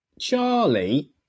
Charlie